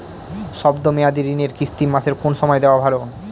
শব্দ মেয়াদি ঋণের কিস্তি মাসের কোন সময় দেওয়া ভালো?